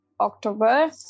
october